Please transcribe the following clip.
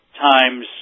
times